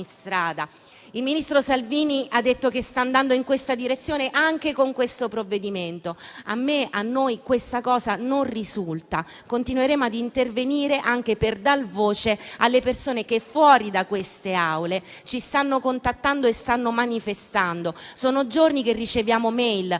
Il ministro Salvini ha detto che sta andando in questa direzione anche con questo provvedimento, ma a noi non risulta. Continueremo a intervenire anche per dare voce alle persone che fuori da queste Aule ci stanno contattando e stanno manifestando. Sono giorni che riceviamo *e-mail*: